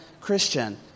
Christian